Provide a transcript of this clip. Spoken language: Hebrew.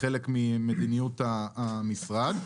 כחלק ממדיניות המשרד.